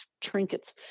trinkets